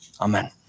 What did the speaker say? amen